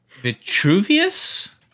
Vitruvius